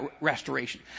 restoration